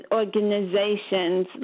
organizations